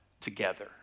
together